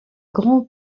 grand